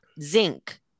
zinc